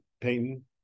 Payton